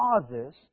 causes